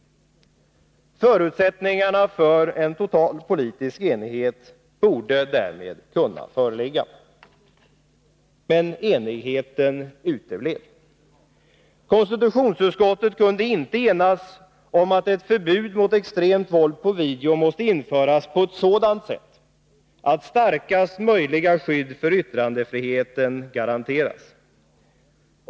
Förutsättningar för en total politisk enighet borde därmed ha kunnat föreligga. Men enigheten uteblev. Konstitutionsutskottet kunde inte enas om att ett förbud mot extremt våld på video måste införas på ett sådant sätt att starkaste möjliga skydd för yttrandefriheten garanteras.